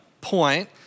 point